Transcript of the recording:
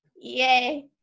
Yay